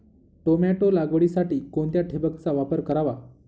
Tomato लागवडीसाठी कोणत्या ठिबकचा वापर करावा?